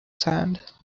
sand